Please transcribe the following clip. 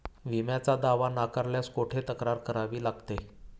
विम्याचा दावा नाकारल्यास कुठे तक्रार करावी लागते?